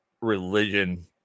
religion